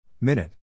Minute